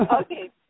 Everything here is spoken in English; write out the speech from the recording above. Okay